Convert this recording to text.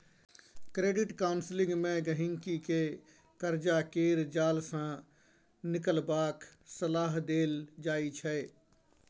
credit counselling मे गहिंकी केँ करजा केर जाल सँ निकलबाक सलाह देल जाइ छै